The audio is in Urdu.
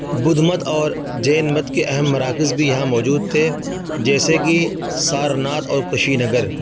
بدھ مت اور جین مت کے اہم مراکز بھی یہاں موجود تھے جیسے کہ سارناتھ اور کشی نگر